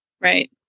right